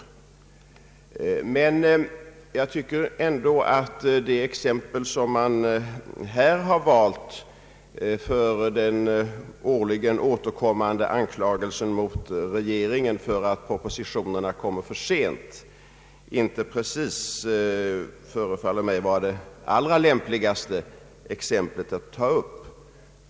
Men jag tycker ändå att det exempel som man här har valt för den årligen återkommande anklagelsen mot regeringen för att propositionerna framläggs alltför sent inte precis är det allra lämpligaste.